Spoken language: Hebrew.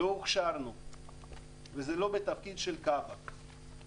לא הוכשרנו וזה לא בתפקיד של כיבוי אש